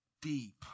deep